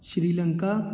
Sri Lanka